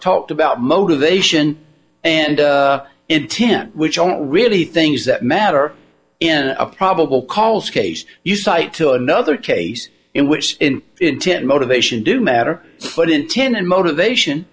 talked about motivation and intent which are not really things that matter in a probable cause case you cite to another case in which intent motivation do matter but intent and motivation